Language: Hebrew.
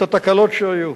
את התקלות שהיו.